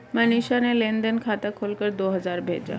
मनीषा ने लेन देन खाता खोलकर दो हजार भेजा